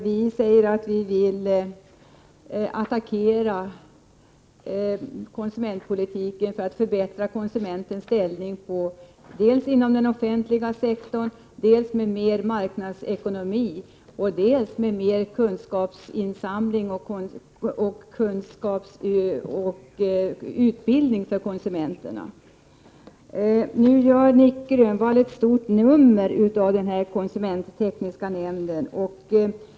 Vi säger att vi vill attackera konsumentpolitiken för att förbättra konsumentens ställning dels inom den offentliga sektorn, dels när det gäller att åstadkomma mera marknadsekonomi och dels när det gäller att åstadkomma mer av kunskapsinsamling och utbildning för konsumenterna. Nic Grönvall gör ett stort nummer av konsumenttekniska nämnden.